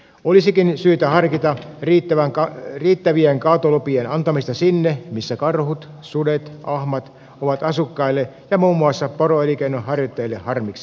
olisikin syytä harkita riittävien kaatolupien antamista sinne missä karhut sudet ahmat ovat asukkaille ja muun muassa poroelinkeinonharjoittajille harmiksi